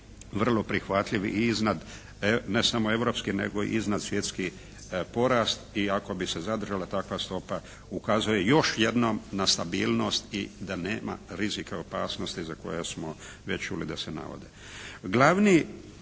vrlo prihvatljiv i iznad ne samo europski nego iznad svjetski porast i ako bi se zadržala takva stopa ukazuje još jednom na stabilnost i da nema rizika i opasnosti za koja smo već čuli da se navode.